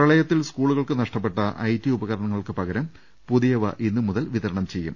പ്രളയത്തിൽ സ്കൂളുകൾക്ക് നഷ്ടപ്പെട്ട ഐടി ഉപകരണങ്ങൾക്ക് പകരം പുതിയവ ഇന്ന് മുതൽ വിതരണം ചെയ്യും